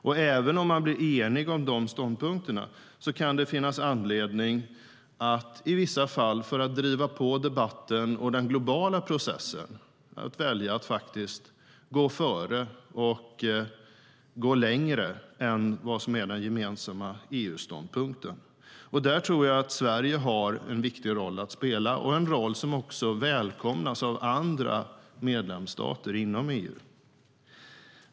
Och även om man blir enig om de ståndpunkterna kan det finnas anledning att i vissa fall välja att gå före och gå längre än den gemensamma EU-ståndpunkten för att driva på debatten och den globala processen. Där tror jag att Sverige har en viktig roll att spela, en roll som också välkomnas av andra medlemsstater inom EU.